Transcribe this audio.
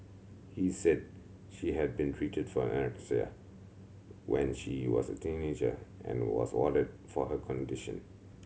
he said she had been treated for anorexia when she was a teenager and was warded for her condition